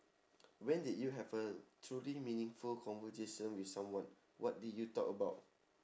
when did you have a truly meaningful conversation with someone what did you talk about